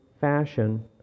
fashion